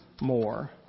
more